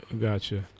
Gotcha